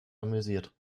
amüsiert